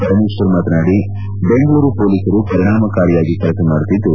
ಪರಮೇಶ್ವರ್ ಮಾತನಾಡಿ ಬೆಂಗಳೂರು ಪೊಲೀಸರು ಪರಿಣಾಮಕಾರಿಯಾಗಿ ಕೆಲಸ ಮಾಡುತ್ತಿದ್ದು